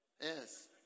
Yes